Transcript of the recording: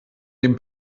dem